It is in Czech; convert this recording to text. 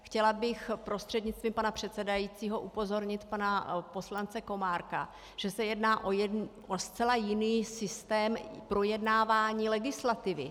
Chtěla bych prostřednictvím pana předsedajícího upozornit pana poslance Komárka, že se jedná o zcela jiný systém projednávání legislativy.